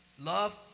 Love